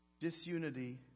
disunity